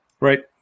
Right